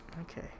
Okay